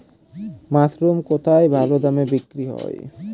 Mushroom কেথায় ভালোদামে বিক্রয় হয়?